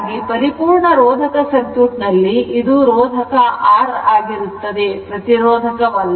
ಹಾಗಾಗಿ ಪರಿಪೂರ್ಣ ರೋಧಕ ಸರ್ಕ್ಯೂಟ್ ನಲ್ಲಿ ಇದು ರೋಧಕ ಆಗಿರುತ್ತದೆ ಪ್ರತಿರೋಧಕ ಅಲ್ಲ